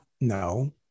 no